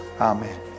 Amen